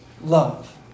love